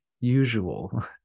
usual